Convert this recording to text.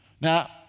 Now